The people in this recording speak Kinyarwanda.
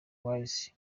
wise